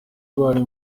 bari